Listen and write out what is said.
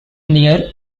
near